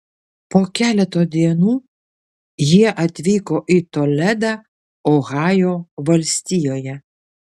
po keleto dienų jie atvyko į toledą ohajo valstijoje